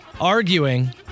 Arguing